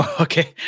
Okay